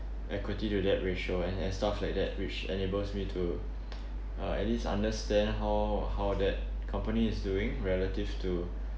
equity to debt ratio and and stuff like that which enables me to uh at least understand how how that company is doing relative to